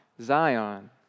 Zion